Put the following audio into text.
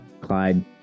Clyde